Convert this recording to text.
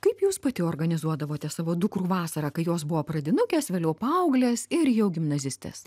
kaip jūs pati organizuodavote savo dukrų vasarą kai jos buvo pradinukės vėliau paauglės ir jau gimnazistės